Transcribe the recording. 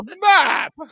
map